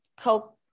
Coke